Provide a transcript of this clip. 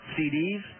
CDs